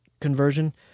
conversion